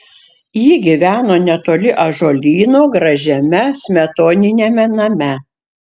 ji gyveno netoli ąžuolyno gražiame smetoniniame name